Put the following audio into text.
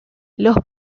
los